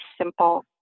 simple